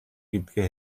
гэдгээ